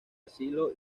asilo